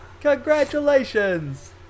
Congratulations